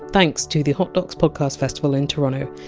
thanks to the hot docs podcast festival in toronto,